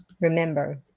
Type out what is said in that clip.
remember